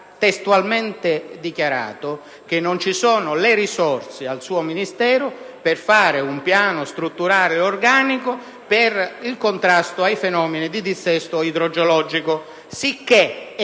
testualmente dichiarato che non ci sono le risorse al suo Ministero per fare un piano strutturale organico di contrasto ai fenomeni di dissesto idrogeologico e che